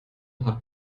hat